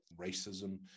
racism